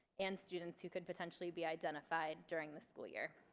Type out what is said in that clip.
and students who could potentially be identified during the school year.